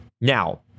Now